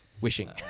Wishing